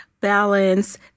balance